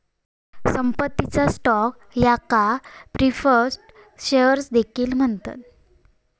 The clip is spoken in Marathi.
पसंतीचा स्टॉक याका प्रीफर्ड शेअर्स देखील म्हणतत